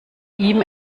ihm